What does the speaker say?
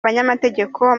abanyamategeko